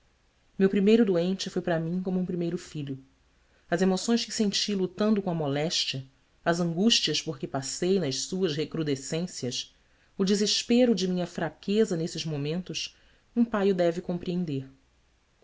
meu primeiro doente foi para mim como um primeiro filho as emoções que senti lutando com a moléstia as angústias por que passei nas suas recrudescências o desespero de minha fraqueza nesses momentos um pai o deve compreender